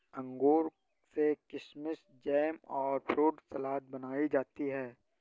अंगूर से किशमिस जैम और फ्रूट सलाद बनाई जाती है